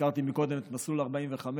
הזכרתי קודם את מסלול 45,